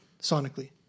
sonically